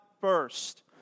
first